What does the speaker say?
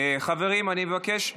חברים, אני מבקש.